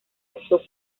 usó